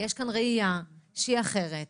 שיש כאן ראייה שהיא אחרת,